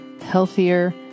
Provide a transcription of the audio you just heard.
healthier